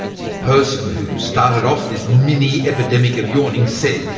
the person who started off this mini-epidemic of yawning said,